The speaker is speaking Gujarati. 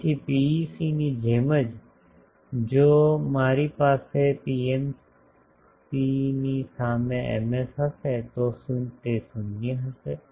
તેથી પીઈસી ની જેમ જ જો મારી પાસે પીએમસી ની સામે Ms હશે તો તે શૂન્ય હશે